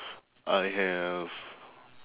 I have